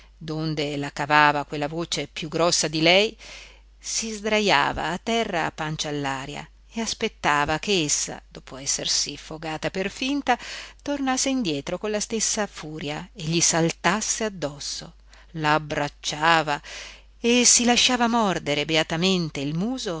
voce più grossa di lei si sdrajava a terra a pancia all'aria e aspettava che essa dopo essersi fogata per finta tornasse indietro con la stessa furia e gli saltasse addosso la abbracciava e si lasciava mordere beatamente il